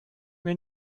mir